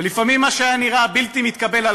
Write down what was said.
ולפעמים מה שהיה נראה בלתי מתקבל על